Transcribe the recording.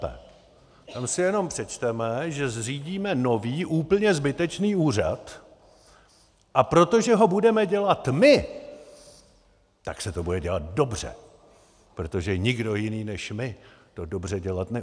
Tam si jenom přečteme, že zřídíme nový, úplně zbytečný úřad, a protože ho budeme dělat my, tak se to bude dělat dobře, protože nikdo jiný než my, to dobře dělat neumí.